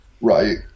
Right